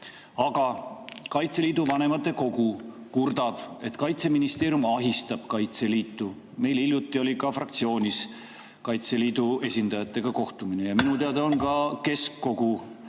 Aga Kaitseliidu vanematekogu kurdab, et Kaitseministeerium ahistab Kaitseliitu. Meil hiljuti oli ka fraktsioonis Kaitseliidu esindajatega kohtumine. Minu teada on ka keskkogu